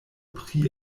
pri